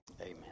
Amen